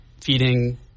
feeding